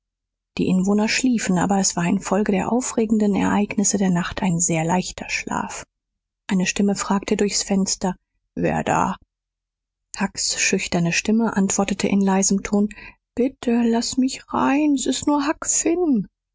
die inwohner schliefen aber es war infolge der aufregenden ereignisse der nacht ein sehr leichter schlaf eine stimme fragte durchs fenster wer da hucks schüchterne stimme antwortete in leisem ton bitte laß mich rein s ist nur